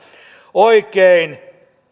oikein